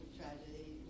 tragedy